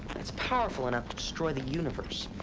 it's powerful enough to destroy the universe.